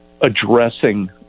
addressing